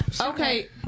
Okay